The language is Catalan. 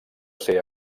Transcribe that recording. ser